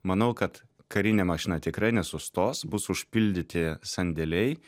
manau kad karinė mašina tikrai nesustos bus užpildyti sandėliai